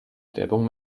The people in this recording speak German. werbung